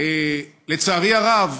לצערי הרב,